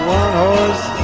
one-horse